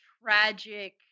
tragic